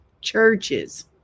Churches